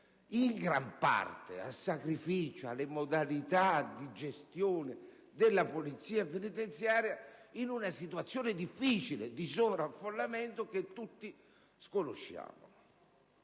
in gran parte al sacrificio e alle modalità di gestione della Polizia penitenziaria, in una difficile situazione di sovraffollamento a tutti nota.